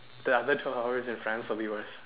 then after that twelve hours in France will be worse